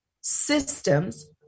systems